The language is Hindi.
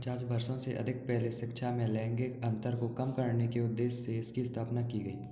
पचास वर्षों से अधिक पहले शिक्षा में लैंगिक अंतर को कम करने के उद्देश्य से इसकी स्थापना की गई